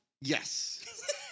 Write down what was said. Yes